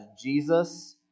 Jesus